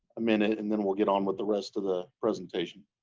a minute. and then we'll get on with the rest of the presentation.